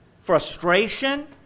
frustration